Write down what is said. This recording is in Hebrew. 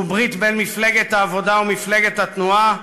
שהוא ברית בין מפלגת העבודה ומפלגת התנועה,